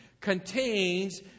contains